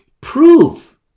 prove